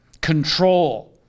control